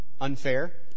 unfair